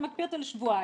אתה מקפיא אותו לשבועיים.